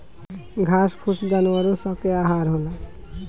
घास फूस जानवरो स के आहार होला